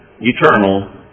eternal